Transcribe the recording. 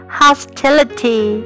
hostility